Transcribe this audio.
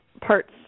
parts